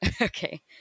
Okay